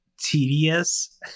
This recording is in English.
tedious